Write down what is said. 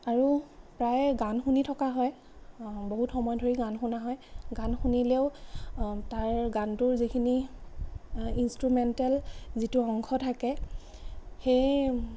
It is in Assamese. আৰু প্ৰায়ে গান শুনি থকা হয় বহুত সময় ধৰি গান শুনা হয় গান শুনিলেও তাৰ গানটোৰ যিখিনি ইঞ্চট্ৰুমেণ্টেল যিটো অংশ থাকে সেই